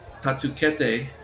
Tatsukete